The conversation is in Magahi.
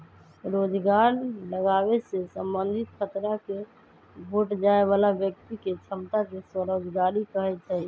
रोजगार लागाबे से संबंधित खतरा के घोट जाय बला व्यक्ति के क्षमता के स्वरोजगारी कहै छइ